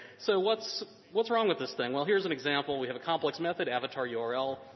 so what's what's wrong with this thing? well, here's an example. we have a complex method avatar yeah url.